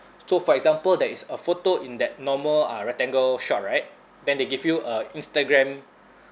so for example there is a photo in that normal uh rectangle shot right then they give you a instagram